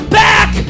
back